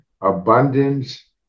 abundance